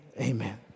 Amen